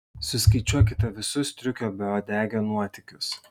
suskaičiuokite visus striukio beuodegio nuotykius